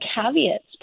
caveats